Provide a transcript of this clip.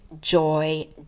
joy